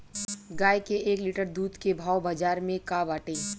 गाय के एक लीटर दूध के भाव बाजार में का बाटे?